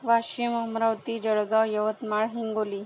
Washim Amravati Jalgaon Yavatmal Hingoli